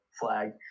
flag